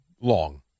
Long